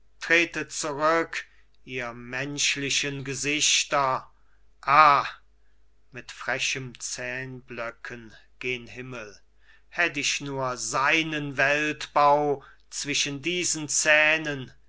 zurück ihr menschlichen gesichter ah mit frechem zähnblöcken gen himmel hätt ich nur seinen weltbau zwischen diesen zähnen